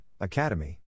academy